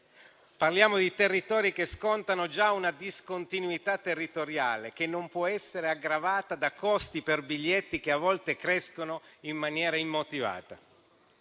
Parliamo di territori che scontano già una discontinuità territoriale che non può essere aggravata da costi per biglietti che a volte crescono in maniera immotivata.